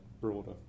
broader